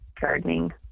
gardening